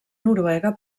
noruega